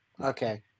Okay